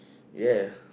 ya